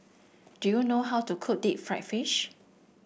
do you know how to cook Deep Fried Fish